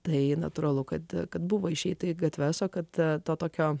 tai natūralu kad kad buvo išeiti į gatves kad tokio